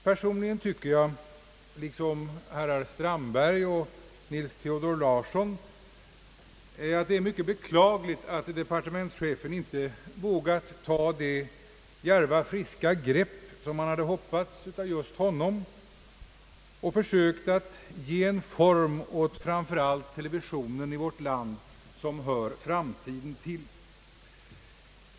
Personligen tycker jag liksom herrar Strandberg och Nils Theodor Larsson att det är mycket beklagligt att departementschefen inte vågat ta det djärva, friska grepp som man hade hoppats av just honom och försökt att ge en form åt framför allt televisionen i vårt land som hör framtiden till.